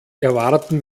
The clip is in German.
erwarten